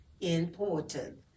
important